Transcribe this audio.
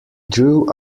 drew